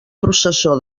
processó